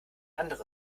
andere